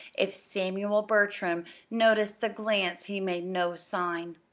if samuel bertram noticed the glance he made no sign.